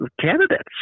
candidates